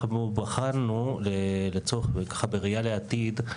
בראייה לעתיד,